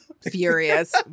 furious